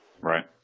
Right